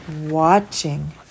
watching